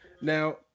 Now